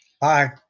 Bye